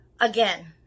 Again